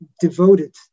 devoted